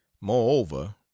moreover